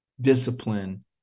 discipline